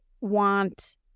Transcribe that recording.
want